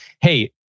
hey